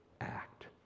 act